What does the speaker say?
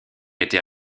était